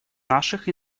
наших